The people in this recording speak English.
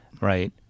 Right